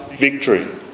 victory